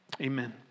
Amen